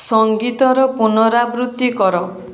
ସଂଗୀତର ପୁନରାବୃତ୍ତି କର